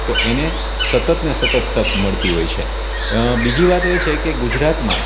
તો એને સતતને સતત તક મળતી હોય છે બીજી વાત એ છે કે ગુજરાતમાં